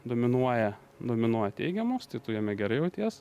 dominuoja dominuoja teigiamos tai tu jame gerai jauties